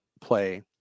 play